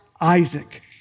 Isaac